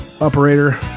operator